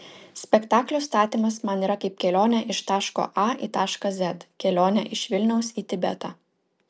spektaklio statymas man yra kaip kelionė iš taško a į tašką z kelionė iš vilniaus į tibetą